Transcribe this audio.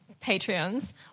Patreons